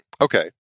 Okay